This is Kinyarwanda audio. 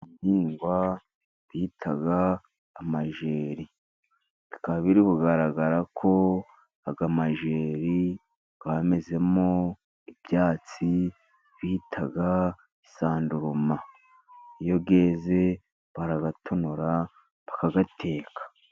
Igihingwa bita amajeri , bikaba biri kugaragara ko ay'amajeri yamezemo ibyatsi bita isanduruma , iyo yeze barayatonora bakayateka.